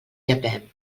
llepem